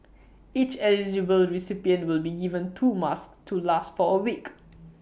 each eligible recipient will be given two masks to last for A week